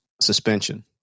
suspension